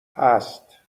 هست